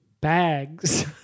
Bags